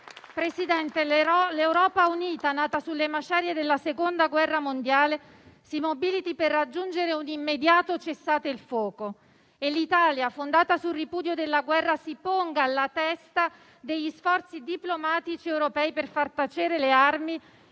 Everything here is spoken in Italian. Presidente, l'Europa unita, nata sulle macerie della Seconda guerra mondiale, si mobiliti per raggiungere un immediato cessate il fuoco e l'Italia, fondata sul ripudio della guerra, si ponga alla testa degli sforzi diplomatici europei per far tacere le armi